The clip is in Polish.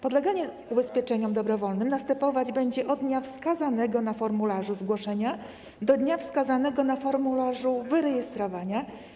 Podleganie ubezpieczeniom dobrowolnym następować będzie od dnia wskazanego w formularzu zgłoszenia do dnia wskazanego w formularzu wyrejestrowania.